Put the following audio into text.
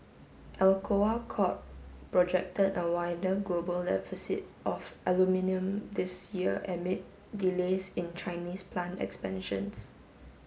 Alcoa Corp projected a wider global deficit of aluminium this year amid delays in Chinese plant expansions